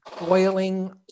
boiling